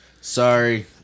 Sorry